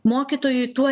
mokytojui tuo